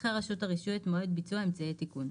תדחה רשות הרישוי את מועד ביצוע אמצעי התיקון,